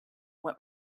what